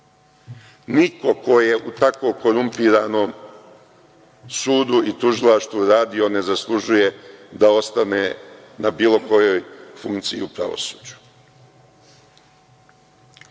Niko ko je u tako korumpiranom sudu i tužilaštvu radio ne zaslužuje da ostane na bilo kojoj funkciji u pravosuđu. Idemo